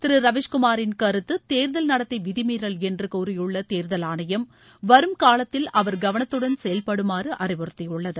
திரு ரவீஷ்குமாரின் கருத்து தேர்தல் நடத்தை விதிமீறல் என்று கூறியுள்ள தேர்தல் ஆணையம் வரும் காலத்தில் அவர் கவனத்துடன் செயல்படுமாறு அறிவுறுத்தியுள்ளது